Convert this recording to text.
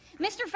Mr